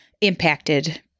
impacted